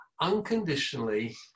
unconditionally